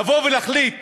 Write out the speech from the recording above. לבוא ולהחליט